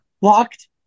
locked